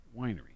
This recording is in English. Winery